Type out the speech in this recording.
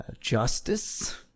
justice